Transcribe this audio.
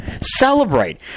Celebrate